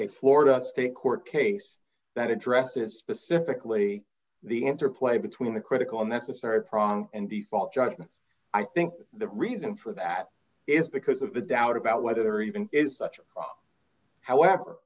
a florida state court case that addresses specifically the interplay between the critical necessary prong and default judgment i think the reason for that is because of the doubt about whether there d even is such a